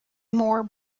more